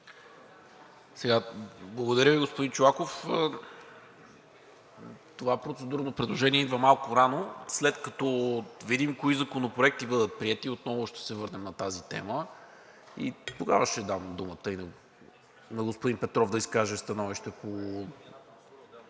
Благодаря Ви, господин Чолаков. Това процедурно предложение идва малко рано. След като видим кои законопроекти ще бъдат приети, отново ще се върнем на тази тема и тогава ще дам думата и на господин Петров да изкаже становище.